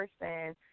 person